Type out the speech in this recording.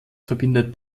verbindet